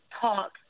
talk